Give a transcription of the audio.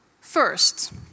First